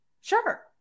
sure